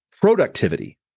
Productivity